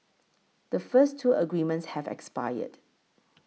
the first two agreements have expired